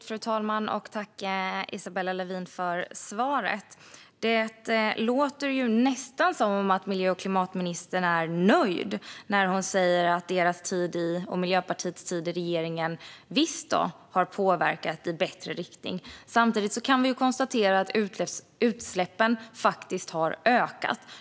Fru talman! Tack, Isabella Lövin, för svaret! Det låter nästan som om miljö och klimatministern är nöjd när hon säger att Miljöpartiet under sin tid i regering visst har påverkat i bättre riktning. Samtidigt kan vi konstatera att utsläppen faktiskt har ökat.